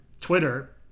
Twitter